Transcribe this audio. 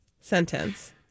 sentence